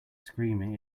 screaming